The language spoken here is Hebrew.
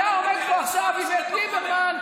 היה עומד פה עכשיו איווט ליברמן,